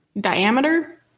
diameter